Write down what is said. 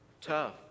tough